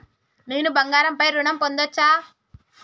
నేను బంగారం పై ఋణం పొందచ్చా?